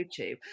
YouTube